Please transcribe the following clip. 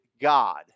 God